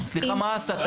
מה ההסתה?